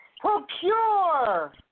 procure